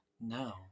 No